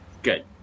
Good